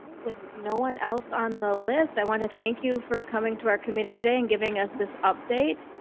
with no one else on the list i want to thank you for coming to our committee today and given us this update.